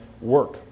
work